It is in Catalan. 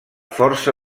força